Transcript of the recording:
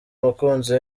umukunzi